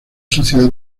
sociedad